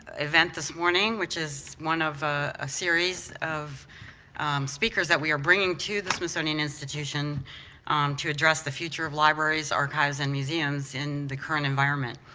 event this morning which is one of ah a series of speakers that we are bringing to the smithsonian institution um to address the future of libraries, archives, and museums in the current environment.